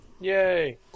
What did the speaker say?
Yay